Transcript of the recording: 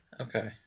Okay